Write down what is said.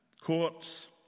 courts